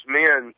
men